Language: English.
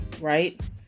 right